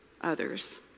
others